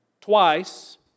twice